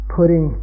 Putting